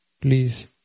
please